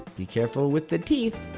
be careful with the teeth!